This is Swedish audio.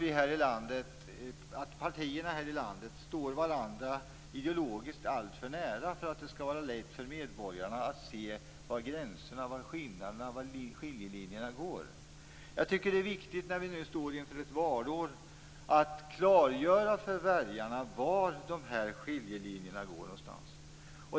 Det sägs ibland att partierna här i landet står varandra ideologiskt alltför nära för att det skall vara lätt för medborgarna att se var gränserna och skiljelinjerna går. När vi nu står inför ett valår är det viktigt att klargöra för väljarna var skiljelinjerna går.